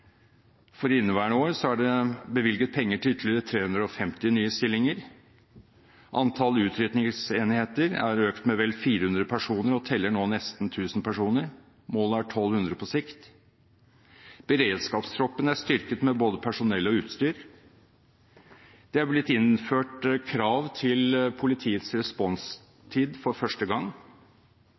for inneværende år er det bevilget penger til ytterligere 350 nye stillinger. Antallet utrykningsenheter er økt med vel 400 personer og teller nå nesten 1 000 personer. Målet er 1 200 på sikt. Beredskapstroppen er styrket med både personell og utstyr. Det er blitt innført krav til politiets responstid for første gang.